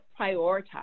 prioritize